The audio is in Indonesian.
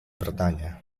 bertanya